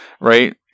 right